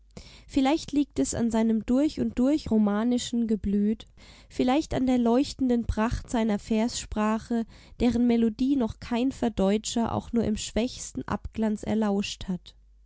vielleicht liegt es an seinem durch und durch romanischen geblüt vielleicht an der leuchtenden pracht seiner verssprache deren melodie noch kein verdeutscher auch nur im schwächsten abglanz erlauscht hat